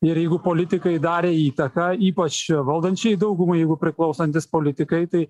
ir jeigu politikai darė įtaką ypač valdančiai daugumai jeigu priklausantys politikai tai